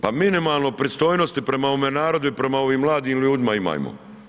Pa minimalno pristojnosti prema ovom narodu i prema ovim mladim ljudima imajmo.